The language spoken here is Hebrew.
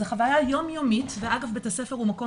זו חוויה יום יומית ואגב אם בית הספר הוא מקום